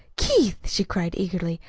keith, she cried eagerly.